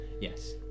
yes